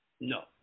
No